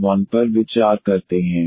इसलिए यहां हम इस yy xy21 पर विचार करते हैं